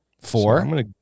Four